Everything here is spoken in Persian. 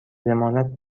ضمانت